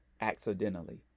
accidentally